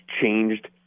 changed